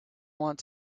want